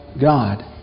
God